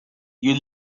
you